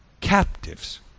captives